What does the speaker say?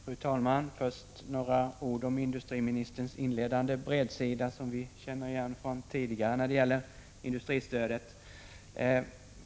Fru talman! Jag vill börja med att säga några ord om industriministerns inledande bredsida — som vi känner igen från tidigare debatter om industristödet.